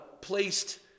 placed